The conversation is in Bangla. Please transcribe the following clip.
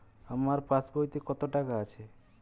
আমার পাসবইতে কত টাকা আছে?